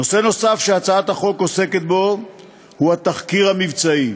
נושא נוסף שהצעת החוק עוסקת בו הוא התחקיר המבצעי.